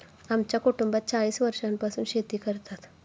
आमच्या कुटुंबात चाळीस वर्षांपासून शेती करतात